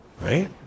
right